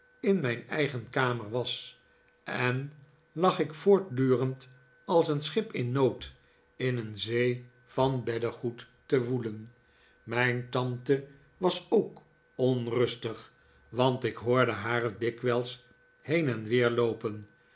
in mijn eigen kamer was en lag ik voortdurend als een schip in nood in een zee van beddegoed te woelen mijn tante was ook onrustig want ik hoorde haar dikwijls heen en weer loopen